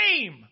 name